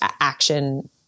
action